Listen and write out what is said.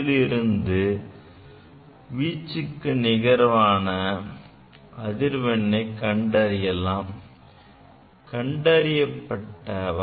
இதிலிருந்து பெரும் வீச்சுக்கு நிகரான அதிர்வெண்ணை கண்டறியலாம்